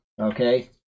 okay